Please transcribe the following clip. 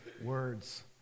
words